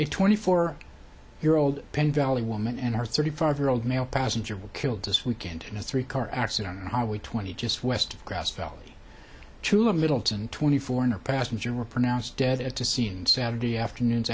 it twenty four year old penn valley woman and her thirty five year old male passenger were killed this weekend in a three car accident in highway twenty just west grass fell to a middleton twenty four and a passenger were pronounced dead at the scene saturday afternoons